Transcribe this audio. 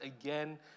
again